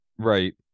Right